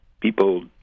people